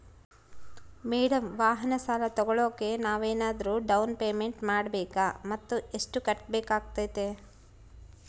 Madam ವಾಹನ ಸಾಲ ತೋಗೊಳೋಕೆ ನಾವೇನಾದರೂ ಡೌನ್ ಪೇಮೆಂಟ್ ಮಾಡಬೇಕಾ ಮತ್ತು ಎಷ್ಟು ಕಟ್ಬೇಕಾಗ್ತೈತೆ?